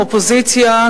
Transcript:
אופוזיציה,